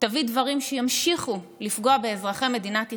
תביא דברים שימשיכו לפגוע באזרחי מדינת ישראל,